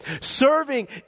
Serving